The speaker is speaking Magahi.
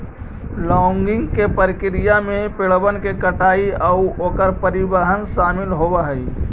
लॉगिंग के प्रक्रिया में पेड़बन के कटाई आउ ओकर परिवहन शामिल होब हई